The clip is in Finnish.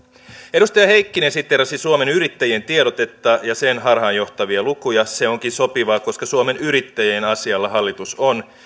edustaja heikkinen siteerasi suomen yrittäjien tiedotetta ja sen harhaanjohtavia lukuja se onkin sopivaa koska suomen yrittäjien asialla hallitus on